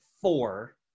four